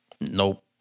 Nope